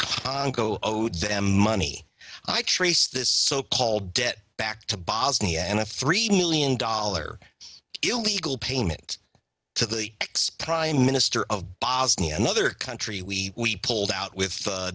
congo owed them money i trace this so called debt back to bosnia and a three million dollar illegal payment to the ex prime minister of bosnia another country we we pulled out with